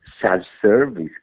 self-service